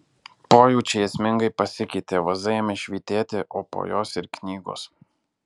pojūčiai esmingai pasikeitė vaza ėmė švytėti o po jos ir knygos